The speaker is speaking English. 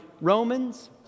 Romans